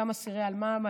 אותם אסירי אלמ"ב,